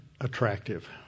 attractive